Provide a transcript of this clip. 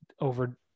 over